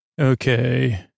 Okay